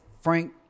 Frank